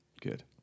Good